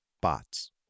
bots